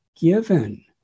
given